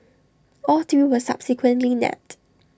all three were subsequently nabbed